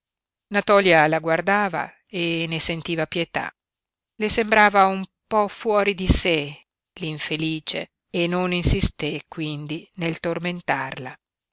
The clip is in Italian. natòlia la guardava e ne sentiva pietà le sembrava un po fuori di sé l'infelice e non insisté quindi nel tormentarla